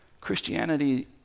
Christianity